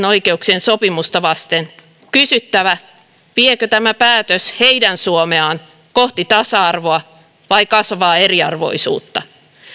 oikeuksien sopimusta vasten kysyttävä viekö tämä päätös heidän suomeaan kohti tasa arvoa vai kasvavaa eriarvoisuutta